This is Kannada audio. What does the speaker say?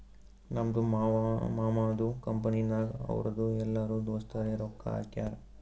ನಮ್ದು ಮಾಮದು ಕಂಪನಿನಾಗ್ ಅವ್ರದು ಎಲ್ಲರೂ ದೋಸ್ತರೆ ರೊಕ್ಕಾ ಹಾಕ್ಯಾರ್